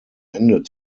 ende